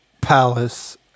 palace